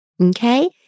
okay